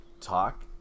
talk